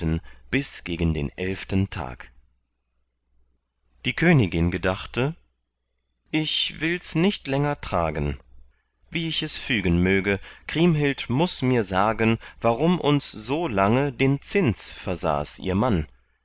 bis gegen den elften tag die königin gedachte ich wills nicht länger tragen wie ich es fügen möge kriemhild muß mir sagen warum uns so lange den zins versaß ihr mann